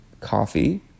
coffee